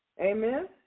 Amen